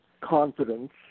confidence